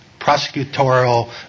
prosecutorial